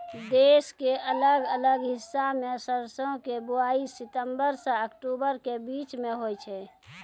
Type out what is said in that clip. देश के अलग अलग हिस्सा मॅ सरसों के बुआई सितंबर सॅ अक्टूबर के बीच मॅ होय छै